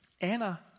Anna